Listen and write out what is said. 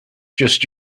just